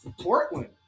Portland